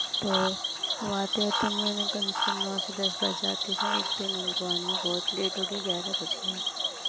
तो वो आते आते मेरे कम से कम नौ से दस बज जाते थे एक दिन उनको आने में बहुत लेट हो गया ग्यारह बज गया